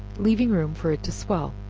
leaving room for it to swell